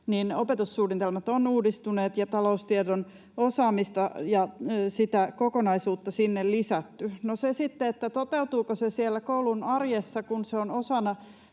opetussuunnitelmat ovat uudistuneet ja taloustiedon osaamista ja sitä kokonaisuutta on sinne lisätty. No se sitten, toteutuuko se siellä koulun arjessa, kun se on osana